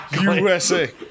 USA